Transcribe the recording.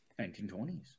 1920s